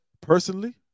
personally